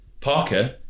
Parker